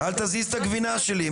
אל תזיז את הגבינה שלי.